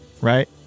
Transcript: right